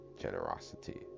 generosity